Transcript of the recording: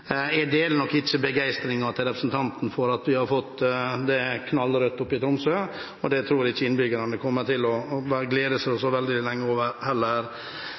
Jeg deler ikke representantens begeistring for at det har blitt knallrødt i Tromsø, og det tror jeg ikke innbyggerne heller kommer til å glede seg over så veldig lenge.